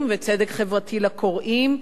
צדק חברתי לסופרים וצדק חברתי לקוראים.